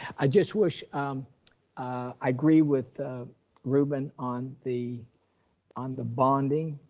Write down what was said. i just wish um i agree with ruben, on the on the bonding.